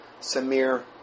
Samir